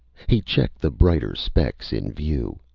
he checked the brighter specks in view.